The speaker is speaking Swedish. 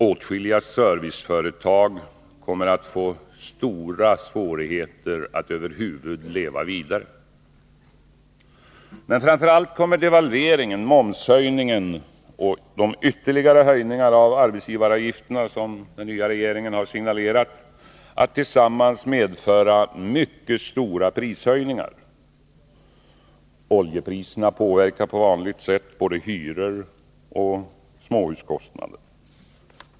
Åtskilliga serviceföretag kommer att få stora svårigheter att över huvud leva vidare. Men framför allt kommer devalveringen, momshöjningen och de ytterligare höjningar av arbetsgivaravgifterna, som den nya regeringen har signalerat, att tillsammans medföra mycket stora prishöjningar. Oljepriserna påverkar på vanligt sätt både hyror och småhuskostnader.